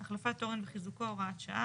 החלפת תורן וחיזוקו - הוראת שעה.